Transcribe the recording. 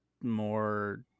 more